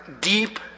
deep